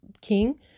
king